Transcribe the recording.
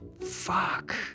Fuck